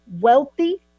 Wealthy